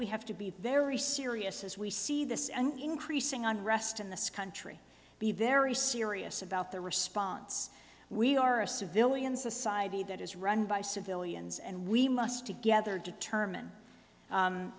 we have to be very serious as we see this and increasing unrest in this country be very serious about the response we are a civilian society that is run by civilians and we must together determine